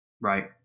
right